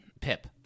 Pip